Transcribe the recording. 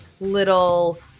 little